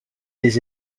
des